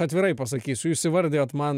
atvirai pasakysiu jūs įvardijot man